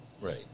Right